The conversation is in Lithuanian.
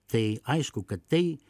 tai aišku kad tai